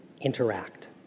interact